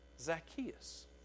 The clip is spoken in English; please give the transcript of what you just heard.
Zacchaeus